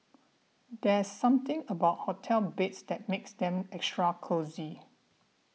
there's something about hotel beds that makes them extra cosy